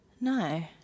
No